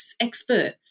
expert